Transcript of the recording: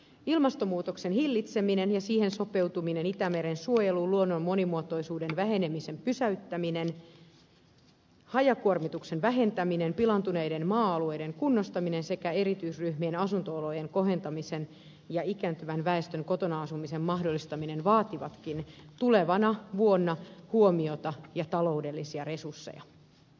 ilmastonmuutoksen hillitseminen ja siihen sopeutuminen itämeren suojelu luonnon monimuotoisuuden vähenemisen pysäyttäminen hajakuormituksen vähentäminen pilaantuneiden maa alueiden kunnostaminen sekä erityisryhmien asunto olojen kohentaminen ja ikääntyvän väestön kotona asumisen mahdollistaminen vaativatkin tulevana vuonna huomiota ja taloudellisia resursseja